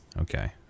okay